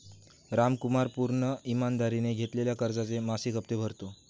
रामकुमार पूर्ण ईमानदारीने घेतलेल्या कर्जाचे मासिक हप्ते भरतो